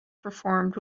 performed